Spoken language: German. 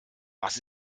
was